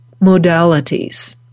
modalities